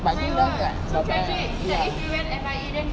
but I think that might as well ya